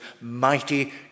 mighty